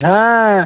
হ্যাঁ